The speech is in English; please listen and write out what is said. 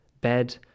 bed